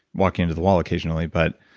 walking into the wall, occasionally, but